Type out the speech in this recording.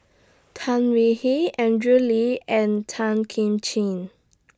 Tan We He Andrew Lee and Tan Kim Ching